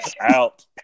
out